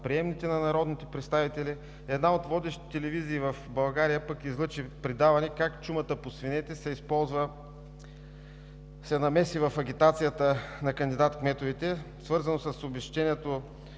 приемните на народните представители. Една от водещите телевизии в България пък излъчи предаване как чумата по свинете се използва в агитацията на кандидат-кметовете, свързано с изплащането